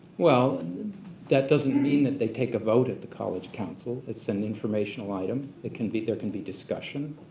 well that doesn't mean that they take a vote at the college council. it's an informational item that can be. there can be discussion.